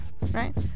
Right